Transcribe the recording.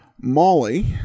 Molly